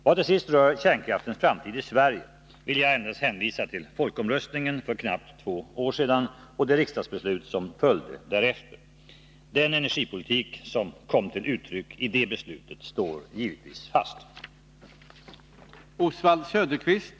Vad till sist rör kärnkraftens framtid i Sverige vill jag endast hänvisa till folkomröstningen för knappt två år sedan och det riksdagsbeslut som följde därefter. Den energipolitik som kom till uttryck i det beslutet står givetvis fast.